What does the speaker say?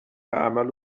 عمل